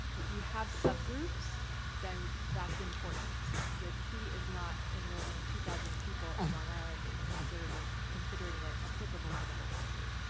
if you have subgroups then that's important. the key is not enrolling two thousand people in long island and considering considering it applicable for the whole country,